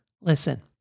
listen